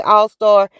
All-Star